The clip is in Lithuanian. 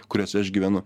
kuriuose aš gyvenu